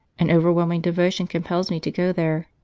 an overwhelming devotion compels me to go there,